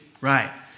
Right